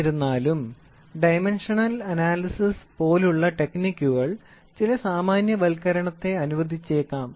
എന്നിരുന്നാലും dimensional analysis പോലുള്ള ടെക്നിക്കുകൾ ചില സാമാന്യവൽക്കരണത്തെ അനുവദിച്ചേക്കാം